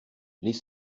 les